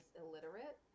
illiterate